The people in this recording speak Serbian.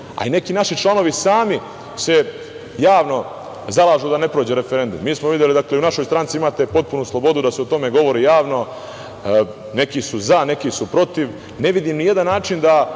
a i neki naši članovi sami se javno zalažu da ne prođe referendum. Mi smo videli, u našoj stranci imate potpunu slobodu da se o tome govori javno, neki su za, neki su protiv. Ne vidim ni jedan način da,